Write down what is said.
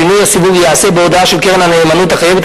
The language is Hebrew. שינוי הסיווג ייעשה בהודעה של קרן הנאמנות החייבת,